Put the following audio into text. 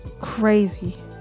crazy